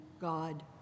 God